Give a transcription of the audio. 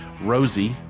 Rosie